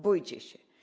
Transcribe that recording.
Bójcie się.